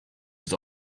his